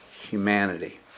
humanity